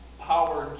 power